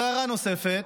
הערה נוספת,